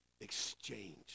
exchange